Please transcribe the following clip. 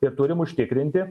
ir turim užtikrinti